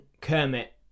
Kermit